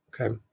Okay